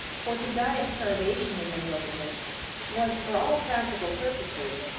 for to die of starvation in the wilderness was, for all practical purposes,